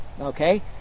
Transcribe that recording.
okay